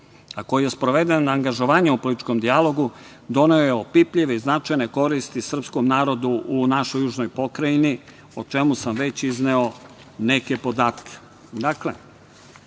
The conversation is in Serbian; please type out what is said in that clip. a koji je sproveden na angažovanje o političkom dijalogu, doneo je opipljive i značajne koristi srpskom narodu u našoj južnoj pokrajini, o čemu sam već izneo neke podatke. Dakle,